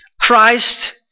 Christ